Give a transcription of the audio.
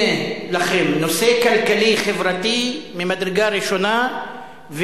הנה לכם נושא כלכלי חברתי ממדרגה ראשונה,